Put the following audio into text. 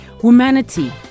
Humanity